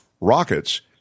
rockets